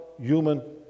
human